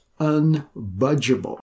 unbudgeable